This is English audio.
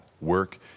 work